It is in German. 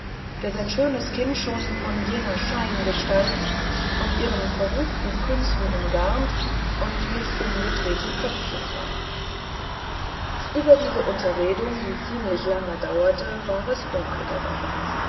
der sein schönes kind schon von jener scheingestalt und ihren verruchten künsten umgarnt und mit umgedrehten köpfchen sah über diese unterredung die ziemlich lange dauerte war es dunkel geworden